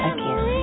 Again